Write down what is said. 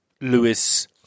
Lewis